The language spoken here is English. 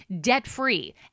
debt-free